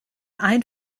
ein